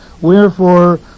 Wherefore